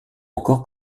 encore